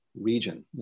region